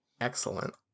Excellent